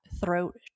throat